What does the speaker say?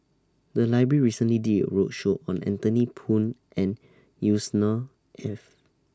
The Library recently did A roadshow on Anthony Poon and Yusnor Ef